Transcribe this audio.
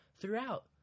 throughout